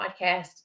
podcast